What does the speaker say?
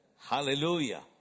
Hallelujah